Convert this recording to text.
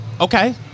Okay